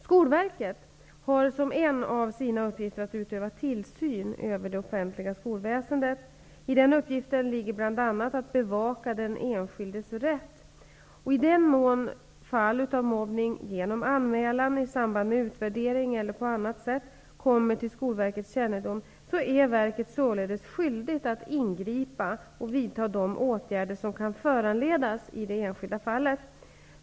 Skolverket har som en av sina uppgifter att utöva tillsyn över det offentliga skolväsendet. I den uppgiften ligger bl.a. att bevaka den enskildes rätt. I den mån fall av mobbning genom anmälan, i samband med utvärdering eller på annat sätt, kommer till Skolverkets kännedom är verket således skyldigt att ingripa och vidta de åtgärder som kan föranledas av det enskilda fallet.